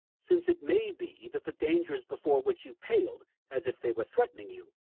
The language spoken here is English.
since it may be that the dangers before which you paled as if they were threatening you,